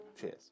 Cheers